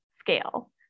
scale